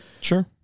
sure